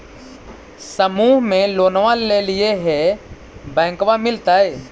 समुह मे लोनवा लेलिऐ है बैंकवा मिलतै?